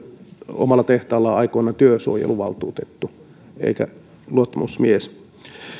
omalla tehtaallaan aikoinaan työsuojeluvaltuutettu eikä luottamusmies